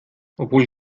obwohl